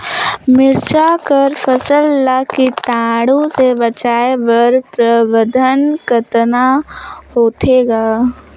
मिरचा कर फसल ला कीटाणु से बचाय कर प्रबंधन कतना होथे ग?